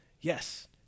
Yes